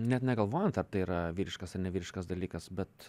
net negalvojant ar tai yra vyriškas ar nevyriškas dalykas bet